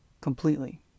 completely